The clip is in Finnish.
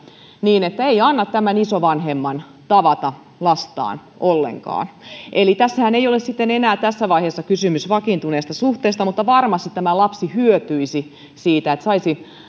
niin että ei anna tämän isovanhemman tavata lasta ollenkaan eli tässähän ei ole sitten enää tässä vaiheessa kysymys vakiintuneesta suhteesta mutta varmasti tämä lapsi hyötyisi siitä että saisi